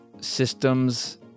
systems